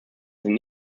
sind